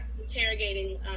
interrogating